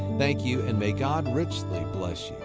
thank you, and may god richly bless